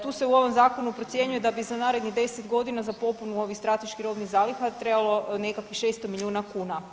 Tu se u ovom zakonu procjenjuje da bi za narednih 10 godina za popunu ovih strateških robnih zaliha trebalo nekakvih 600 milijuna kuna.